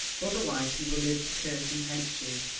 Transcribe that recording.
otherwise he will live to curse and hate you.